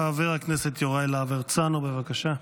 חבר הכנסת יוראי להב הרצנו, בבקשה.